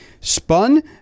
spun